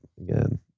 Again